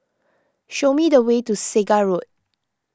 show me the way to Segar Road